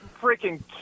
freaking